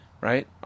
Right